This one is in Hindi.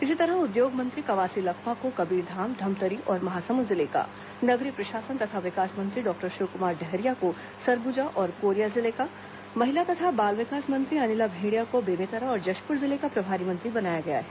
इसी तरह उद्योग मंत्री कवासी लखमा को कबीरधाम धमतरी और महासमुंद जिले का नगरीय प्रशासन तथा विकास मंत्री डॉक्टर शिवकुमार डहरिया को सरगुजा और कोरिया जिले का महिला तथा बाल विकास मंत्री अनिला भेंडिया को बेमेतरा और जशपुर जिले का प्रभारी मंत्री बनाया गया है